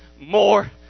more